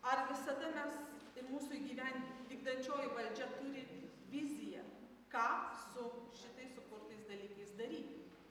ar visada mes ir mūsų įgyvend vykdančioji valdžia turi viziją ką su šitais sukurtais dalykais daryti